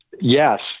Yes